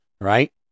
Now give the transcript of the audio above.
right